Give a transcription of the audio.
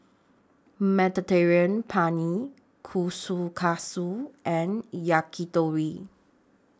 Mediterranean Penne Kushikatsu and Yakitori